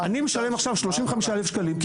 אני משלם עכשיו שלושים וחמישה אלף שקלים כי